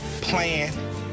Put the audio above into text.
plan